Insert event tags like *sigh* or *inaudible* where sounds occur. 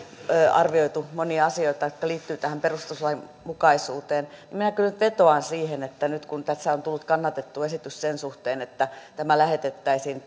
arvioitu monia asioita jotka liittyvät tähän perustuslainmukaisuuteen niin minä kyllä nyt vetoan siihen että nyt kun tässä on tullut kannatettu esitys sen suhteen että tämä lähetettäisiin *unintelligible*